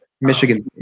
Michigan